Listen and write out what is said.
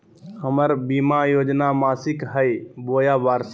हमर बीमा योजना मासिक हई बोया वार्षिक?